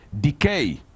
decay